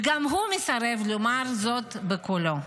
גם הוא מסרב לומר זאת בקולו.